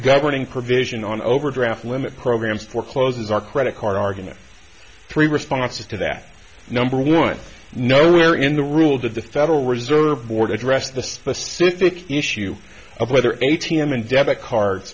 governing provision on overdraft limit programs forecloses our credit card argument three responses to that number one nowhere in the rule did the federal reserve board address the specific issue of whether any a t m and debit card